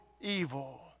evil